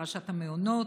פרשת המעונות,